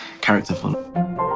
characterful